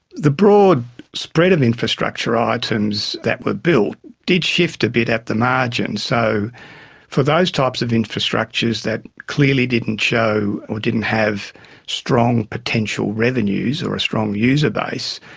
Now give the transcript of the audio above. the broad spread of infrastructure items that were built did shift a bit at the margins. so for those types of infrastructures that clearly didn't show or didn't have strong potential revenues or a strong user base,